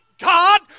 God